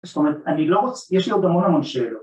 ‫זאת אומרת, אני לא רוצ... ‫יש לי עוד המון המון שאלות.